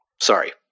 Sorry